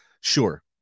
Sure